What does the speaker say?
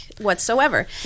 whatsoever